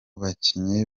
bakinnyi